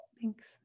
Thanks